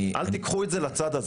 אל תיקחו את זה לצד הזה.